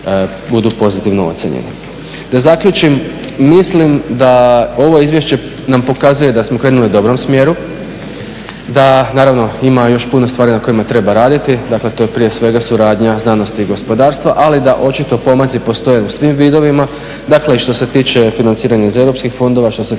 budu pozitivno ocjenjeni. Da zaključim, mislim da ovo izvješće nam pokazuje da smo krenuli u dobrom smjeru, da naravno ima još puno stvari na kojima treba raditi, dakle to je prije svega suradnja znanosti i gospodarstva ali da očito pomaci postoje u svim vidovima, dakle i što se tiče financiranja iz europskih fondova, što se tiče